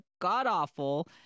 god-awful